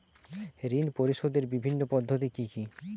ঋণ পরিশোধের বিভিন্ন পদ্ধতি কি কি?